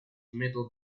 middle